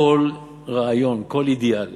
כל רעיון, כל אידיאל